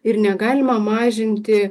ir negalima mažinti